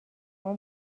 اون